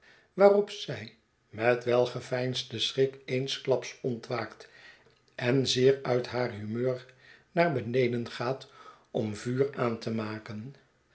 waarop zij met welgeveinsden schrik eensklaps ontwaakt en zeer uit haar humeur naar beneden gaat om vuur aan te maken